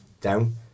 down